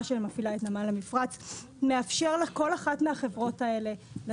שמפעילה את נמל המפרץ מאפשר לכל אחת מהחברות האלה,